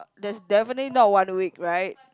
that's definitely not one week right